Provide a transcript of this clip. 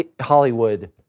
Hollywood